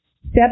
Step